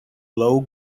low